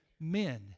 men